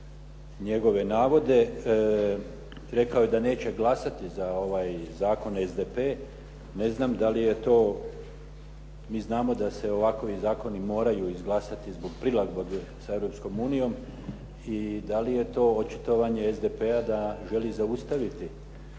njegove navode. Rekao je da neće glasati za ovaj zakon SDP. Ne znam da li je to, mi znamo da se ovakovi zakoni moraju izglasati zbog prilagodbe sa Europskom unijom i da li je to očitovanje SDP-a da želi zaustaviti